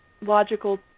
Logical